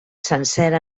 sencera